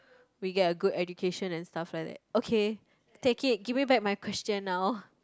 we get a good education and stuff like that okay take it give me back my question now